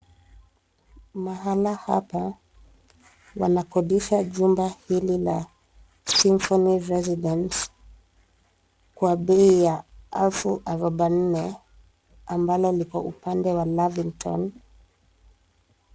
Mahala hapa wanakodisha jumba hili la Symphony Residence kwa bei ya 40,000 ambalo liko upande wa Lavington.